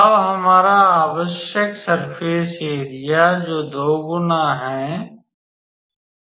अब हमारा आवश्यक सर्फ़ेस एरिया दो गुना होगा